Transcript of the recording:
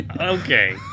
Okay